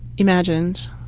imagined.